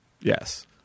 Yes